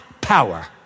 power